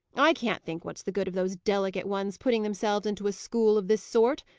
i can't think what's the good of those delicate ones putting themselves into a school of this sort.